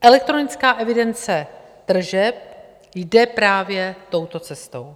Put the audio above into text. Elektronická evidence tržeb jde právě touto cestou.